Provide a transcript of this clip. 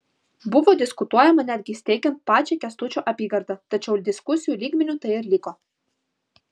buvo diskutuojama netgi steigiant pačią kęstučio apygardą tačiau diskusijų lygmeniu tai ir liko